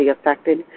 affected